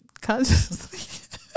Consciously